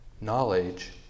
knowledge